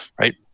right